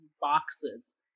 boxes